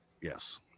Yes